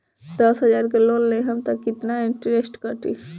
दस हजार के लोन लेहम त कितना इनट्रेस कटी?